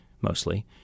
mostly